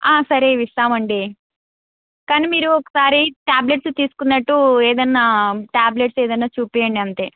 సరే ఇవి ఇస్తామండి కానీ మీరు ఒక్కసారి ట్యాబ్లెట్స్ తీసుకున్నట్టు ఏదైనా ట్యాబ్లెట్స్ ఏదైనా చూపియ్యండి అంతే